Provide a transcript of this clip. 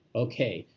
okay,